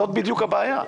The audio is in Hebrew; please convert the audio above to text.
זאת בדיוק הבעיה.